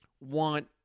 want